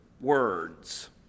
words